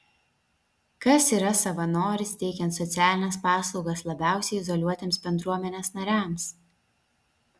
kas yra savanoris teikiant socialines paslaugas labiausiai izoliuotiems bendruomenės nariams